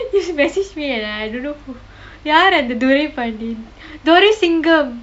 he messaged me and I don't know who யாரு அந்த Durai Pandi Durai Singam antha dhurai pandi dhurai singam